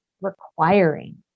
requiring